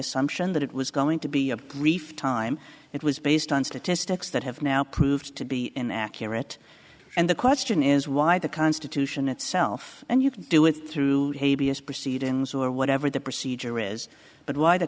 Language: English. assumption that it was going to be a brief time it was based on statistics that have now proved to be inaccurate and the question is why the constitution itself and you do it through proceedings or whatever the procedure is but why the